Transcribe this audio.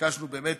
ביקשנו באמת